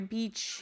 Beach